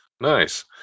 nice